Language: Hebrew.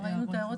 ראינו את ההערות,